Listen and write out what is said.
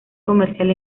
comercial